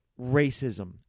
racism